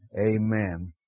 Amen